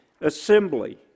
assembly